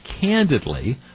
candidly